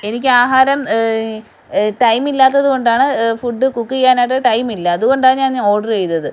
എനിക്ക് ആഹാരം ടൈം ഇല്ലാത്തതുകൊണ്ടാണ് ഫുഡ് കുക്ക് ചെയ്യാനായിട്ട് ടൈം ഇല്ല അതുകൊണ്ടാണ് ഞാൻ ഓഡർ ചെയ്തത്